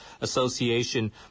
association